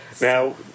Now